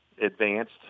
advanced